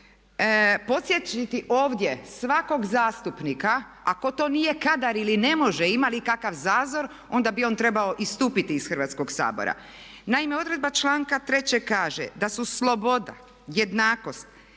podsjetiti ovdje svakog zastupnika ako to nije kadar ili ne može ima li kakav zazor, onda bi on trebao istupiti iz Hrvatskog sabora. Naime, odredba članka 3. kaže da su sloboda, jednakost,